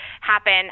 happen